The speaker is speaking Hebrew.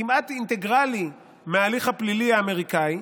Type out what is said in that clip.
כמעט אינטגרלי מההליך הפלילי האמריקאי.